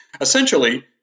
Essentially